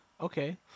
Okay